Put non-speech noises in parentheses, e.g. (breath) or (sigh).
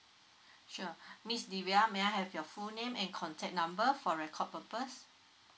(breath) sure (breath) miss divya may I have your full name and contact number for record purpose